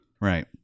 Right